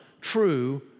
true